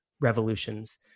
revolutions